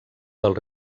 del